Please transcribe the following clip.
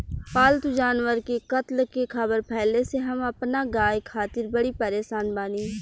पाल्तु जानवर के कत्ल के ख़बर फैले से हम अपना गाय खातिर बड़ी परेशान बानी